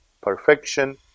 Perfection